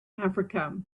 africa